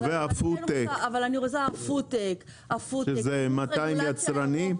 לא, והפוד-טק, שזה 200 יצרנים.